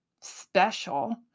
special